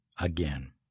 again